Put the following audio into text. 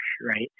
right